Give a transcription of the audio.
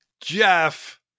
Jeff